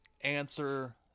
Answer